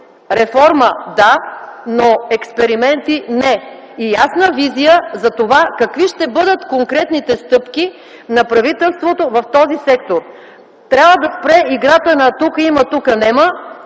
Реформа – да, но експерименти – не! И ясна визия за това какви ще бъдат конкретните стъпки на правителството в този сектор! Трябва да спре играта на „тука има – тука нема”